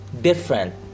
different